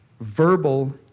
verbal